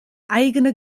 eigene